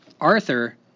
Arthur